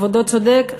כבודו צודק.